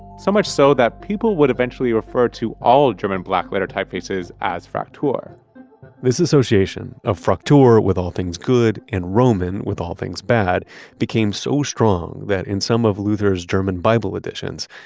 so much so that people would eventually refer to all of german blackletter typefaces as fraktur this association of fraktur with all things good and roman with all things bad became so strong that in some of luther's german bible editions,